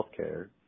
healthcare